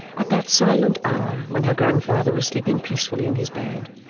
at that silent hour, when her grandfather was sleeping peacefully in his bed,